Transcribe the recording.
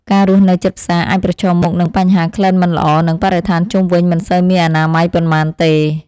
ការរស់នៅជិតផ្សារអាចប្រឈមមុខនឹងបញ្ហាក្លិនមិនល្អ និងបរិស្ថានជុំវិញមិនសូវមានអនាម័យប៉ុន្មានទេ។